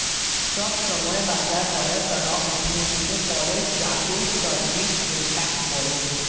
সব সময় বাজার দরের প্রভাব অর্থনীতিতে পড়ে যাকে মার্কেট ইমপ্যাক্ট বলে